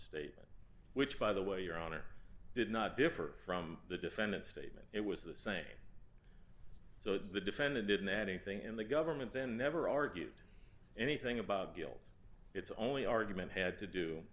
statement which by the way your honor did not differ from the defendant statement it was the same so the defendant didn't add anything and the government then never argued anything about guilt its only argument had to do